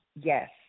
Yes